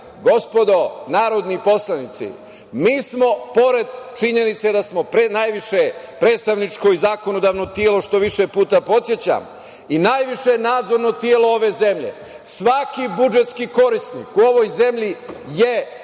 budžeta. Gospodo narodni poslanici, mi smo pored činjenice da smo pre najviše predstavničko i zakonodavno telo, što više puta podsećam i najviše nadzorno telo ove zemlje, svaki budžetski korisnik u ovoj zemlji je predmetom